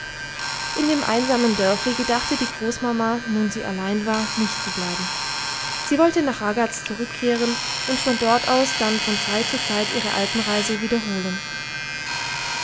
in dem einsamen dörfli gedachte die großmama nun sie allein war nicht zu bleiben sie wollte nach ragaz zurückkehren und von dort aus dann von zeit zu zeit ihre alpenreise wiederholen